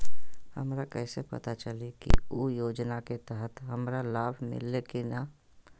हमरा कैसे पता चली की उ योजना के तहत हमरा लाभ मिल्ले की न?